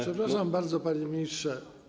Przepraszam bardzo, panie ministrze.